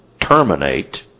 terminate